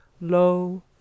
lo